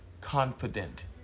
confident